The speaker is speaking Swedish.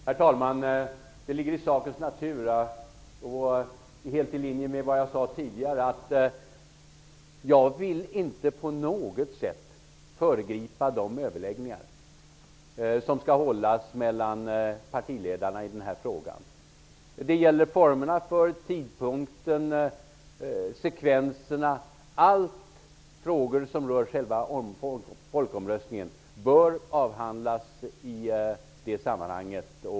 Herr talman! Det ligger i sakens natur och helt i linje med vad jag sade tidigare att jag inte på något sätt vill föregripa de överläggningar i den här frågan som skall hållas mellan partiledarna. Frågorna om folkomröstningen -- formerna, tidpunkten, sekvenserna m.m. -- bör avhandlas i det sammanhanget.